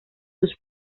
sus